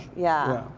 yeah.